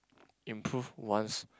improve one's